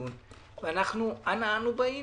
אנחנו, אנא אנו באים?